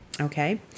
okay